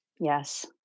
Yes